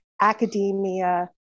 academia